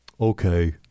okay